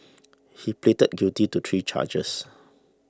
he pleaded guilty to three charges